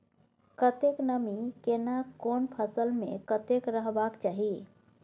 कतेक नमी केना कोन फसल मे कतेक रहबाक चाही?